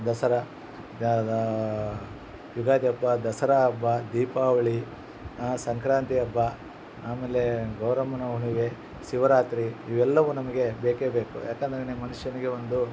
ದಸರ ದ್ಯಾದೋ ಯುಗಾದಿ ಹಬ್ಬ ದಸರಾ ಹಬ್ಬ ದೀಪಾವಳಿ ಸಂಕ್ರಾಂತಿ ಹಬ್ಬ ಆಮೇಲೆ ಗೌರಮ್ಮನ ಹುಣ್ಣಿವೆ ಶಿವರಾತ್ರಿ ಇವೆಲ್ಲವು ನಮಗೆ ಬೇಕೇ ಬೇಕು ಯಾಕಂದ್ರೆ ಮನುಷ್ಯನಿಗೆ ಒಂದು